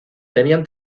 tenían